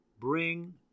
bring